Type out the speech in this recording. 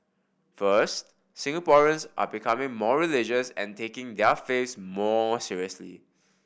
first Singaporeans are becoming more religious and taking their faiths more seriously